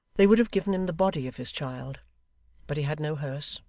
they would have given him the body of his child but he had no hearse,